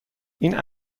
این